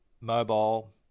mobile